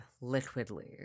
liquidly